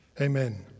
Amen